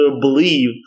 believe